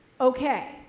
okay